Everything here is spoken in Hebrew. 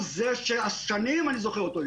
הוא זה ששנים אני זוכר אותו,